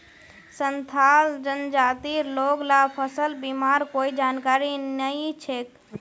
संथाल जनजातिर लोग ला फसल बीमार कोई जानकारी नइ छेक